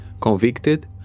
convicted